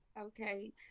Okay